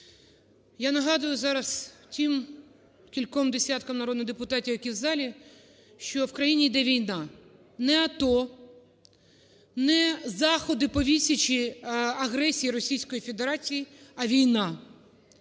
Я нагадую зараз тим кільком десяткам народних депутатів, які в залі, що в країні йде війна. Не АТО, не заходи по відсічі агресії Російської Федерації, а війна!